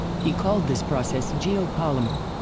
he called this process geopolymer.